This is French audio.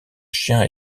chien